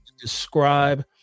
describe